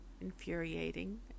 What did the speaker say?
infuriating